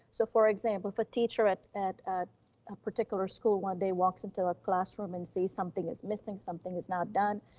so for example, if a teacher at at ah a particular school one day walks into a classroom and see something is missing, something is not done.